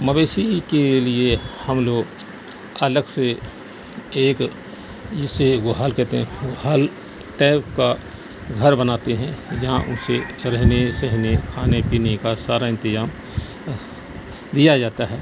مویشی کے لیے ہم لوگ الگ سے ایک جسے گوہال کہتے ہیں گوہال ٹائپ کا گھر بناتے ہیں جہاں اسے رہنے سہنے کھانے پینے کا سارا انتظام دیا جاتا ہے